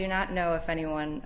do not know if anyone